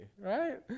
right